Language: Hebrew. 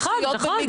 מומחיות במגדר.